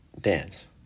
dance